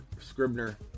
Scribner